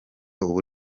ubwo